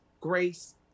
grace